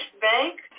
Bank